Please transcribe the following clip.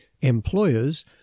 employers